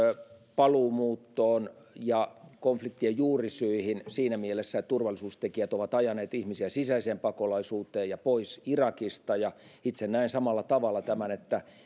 paluumuuttoon ja konfliktien juurisyihin siinä mielessä että turvallisuustekijät ovat ajaneet ihmisiä sisäiseen pakolaisuuteen ja pois irakista itse näen samalla tavalla tämän että